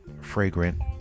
fragrant